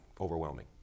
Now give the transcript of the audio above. overwhelming